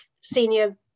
senior